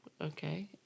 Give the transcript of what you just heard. okay